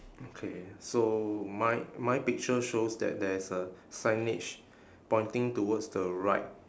okay so my my picture shows that there is a signage pointing towards the right